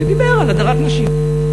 שדיבר על הדרת נשים.